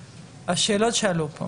השאלות שעלו פה